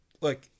look